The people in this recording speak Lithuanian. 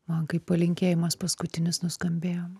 man kaip palinkėjimas paskutinis nuskambėjo